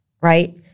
right